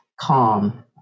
calm